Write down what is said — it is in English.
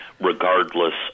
regardless